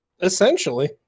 Essentially